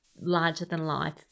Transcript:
larger-than-life